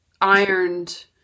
ironed